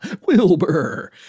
Wilbur